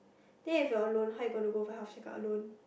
then if you are alone how are you going to go for health checkup alone